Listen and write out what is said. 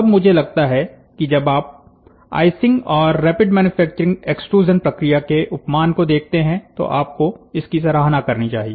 अब मुझे लगता है कि जब आप आईसिंग और रैपिड मैन्युफैक्चरिंग एक्सट्रूज़न प्रक्रिया के उपमान को देखते हैं तो आपको इसकी सराहना करनी चाहिए